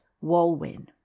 Walwyn